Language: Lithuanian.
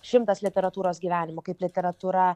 šimtas literatūros gyvenimų kaip literatūra